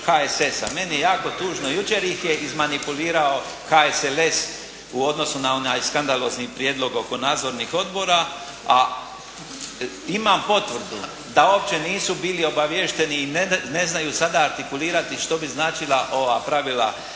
meni je jako tužno jučer, jučer ih je izmanipulirao HSLS u odnosu na onaj skandalozni prijedlog oko nadzornih odbora. A imam potvrdu da uopće nisu bili obaviješteni i ne znaju sada altikulirati što bi značila ova pravila